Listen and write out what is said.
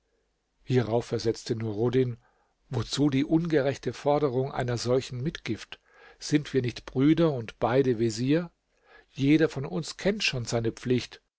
hierauf versetzte nuruddin wozu die ungerechte forderung einer solchen mitgift sind wir nicht brüder und beide vezier jeder von uns kennt schon seine pflicht